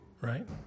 Right